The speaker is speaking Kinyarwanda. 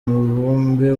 mubumbe